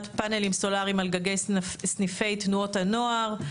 פאנלים סולריים על גגות סניפי תנועות הנוער.